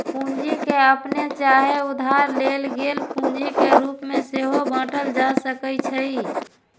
पूंजी के अप्पने चाहे उधार लेल गेल पूंजी के रूप में सेहो बाटल जा सकइ छइ